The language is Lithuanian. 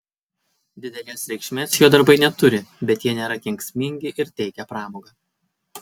didelės reikšmės jo darbai neturi bet jie nėra kenksmingi ir teikia pramogą